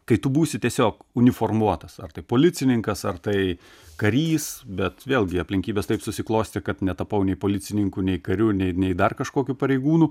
kai tu būsi tiesiog uniformuotas policininkas ar tai karys bet vėlgi aplinkybės taip susiklostė kad netapau nei policininku nei kariu nei nei dar kažkokiu pareigūnu